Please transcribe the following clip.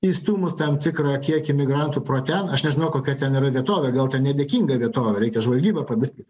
įstūmus tam tikrą kiekį migrantų pro ten aš nežinau kokia ten yra vietovė gal ten nedėkinga vietovė reikia žvalgybą padaryt